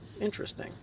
interesting